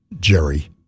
Jerry